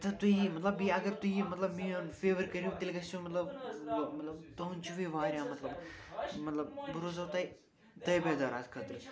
تہٕ تُہۍ مطلب بیٚیہِ اگر تُہۍ مطلب میون فیوَر کٔرِو تیٚلہِ گژھِ مطلب مطلب تُہُنٛد چھِ بیٚیہِ واریاہ مطلب مطلب بہٕ روزَو تۄہہِ تٲبیدار اَتھ خٲطرٕ